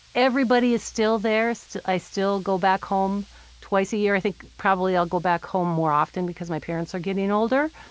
everybody is still there. i still go back home twice a year. i think probably i'll go back home more often because my parents are getting older.